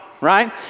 right